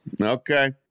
Okay